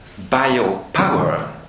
biopower